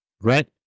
right